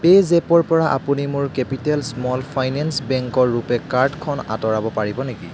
পে'জেপৰ পৰা আপুনি মোৰ কেপিটেল স্মল ফাইনেন্স বেংকৰ ৰুপে কাৰ্ডখন আঁতৰাব পাৰিব নেকি